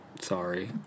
Sorry